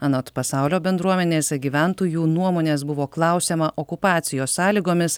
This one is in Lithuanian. anot pasaulio bendruomenės gyventojų nuomonės buvo klausiama okupacijos sąlygomis